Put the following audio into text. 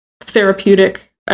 therapeutic